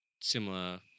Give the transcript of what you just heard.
similar